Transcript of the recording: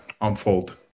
unfold